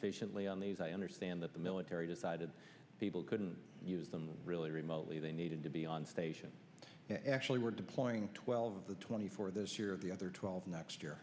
patiently on these i understand that the military decided people couldn't use them really remotely they needed to be on ation actually we're deploying twelve of the twenty four this year of the other twelve next year